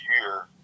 year